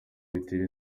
bitera